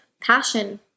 passion